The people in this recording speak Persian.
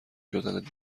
شدن